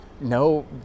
no